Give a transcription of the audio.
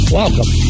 welcome